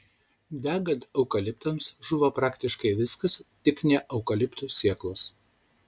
degant eukaliptams žūva praktiškai viskas tik ne eukaliptų sėklos